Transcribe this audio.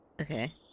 Okay